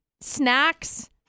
snacks